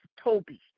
Toby